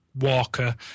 Walker